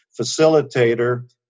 facilitator